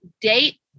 date